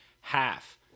half